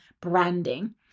branding